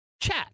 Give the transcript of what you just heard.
chat